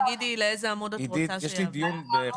תגידי לאיזו שקופית תרצי שיעבירו.